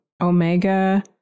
Omega